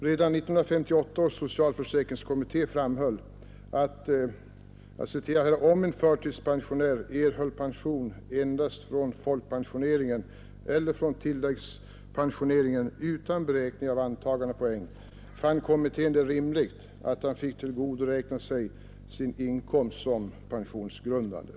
Redan 1958 års socialförsäkringskommitté framhöll att om en förtidspensionär erhöll pension endast från folkpensioneringen eller från tilläggspensioneringen utan beräkning av antagandepoäng, fann kommittén det rimligt att han fick tillgodoräkna sig sin inkomst som pensionsgrundande.